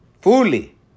fully